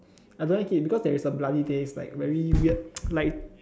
I don't like it because there is a bloody taste like very weird like